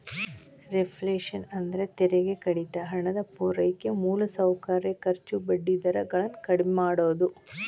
reflation ಅಂದ್ರ ತೆರಿಗೆ ಕಡಿತ ಹಣದ ಪೂರೈಕೆ ಮೂಲಸೌಕರ್ಯ ಖರ್ಚು ಬಡ್ಡಿ ದರ ಗಳನ್ನ ಕಡ್ಮಿ ಮಾಡುದು